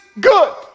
good